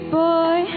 boy